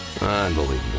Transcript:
Unbelievable